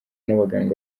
n’abaganga